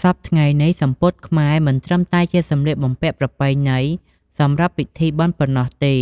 សព្វថ្ងៃនេះ សំពត់ខ្មែរមិនត្រឹមតែជាសំលៀកបំពាក់ប្រពៃណីសម្រាប់ពិធីបុណ្យប៉ុណ្ណោះទេ